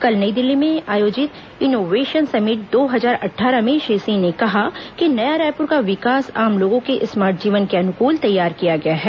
कल नई दिल्ली में आयोजित इनोवेशन समिट दो हजार अट्ठारह में श्री सिंह ने कहा कि नया रायपुर का विकास आम लोगों के स्मार्ट जीवन के अनुकूल तैयार किया गया है